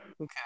Okay